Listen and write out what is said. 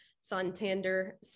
Santander